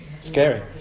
Scary